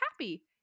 happy